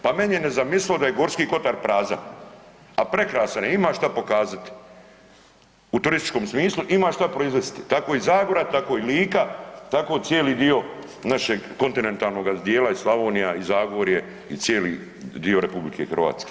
Pa meni je nezamislivo da je Gorski kotar prazan, a prekrasan je, ima šta pokazat u turističkom smislu ima šta proizvesti, tako i Zagora, tako i Lika, tako cijeli dio našeg kontinentalnoga dijela, i Slavonija i Zagorje i cijeli dio RH.